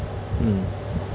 mm